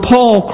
Paul